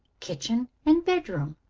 kitchen, and bedroom,